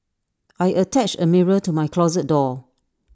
I attached A mirror to my closet door